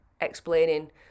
explaining